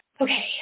okay